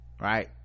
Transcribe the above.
right